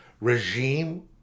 regime